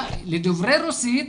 לדוברי רוסית,